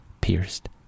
pierced